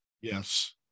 Yes